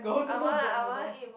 I wanna I want to eat